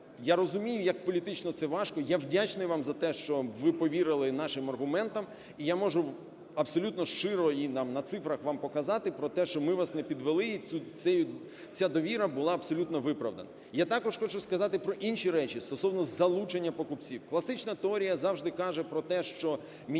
я розумію, як політично це важко. Я вдячний вам за те, що ви повірили нашим аргументам, і я можу абсолютно щиро і там на цифрах вам показати про те, що ми вас не підвели і цей… ця довіра була абсолютно виправдана. Я також хочу сказати про інші речі, стосовно залучення покупців. Класична теорія завжди каже про те, що